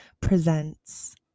presents